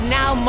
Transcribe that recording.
now